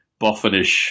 boffinish